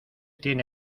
tiene